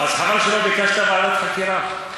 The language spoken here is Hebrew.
אז חבל שלא ביקשת ועדת חקירה.